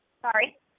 Sorry